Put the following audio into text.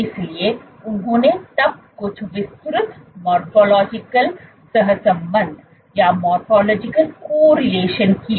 इसलिए उन्होंने तब कुछ विस्तृत मोरफ़ोलॉजीकल सहसंबंध किया